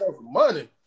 money